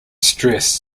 stress